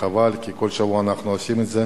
חבל, כי כל שבוע אנחנו עושים את זה.